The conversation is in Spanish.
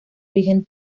origen